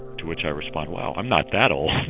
to which i respond, well i'm not that old.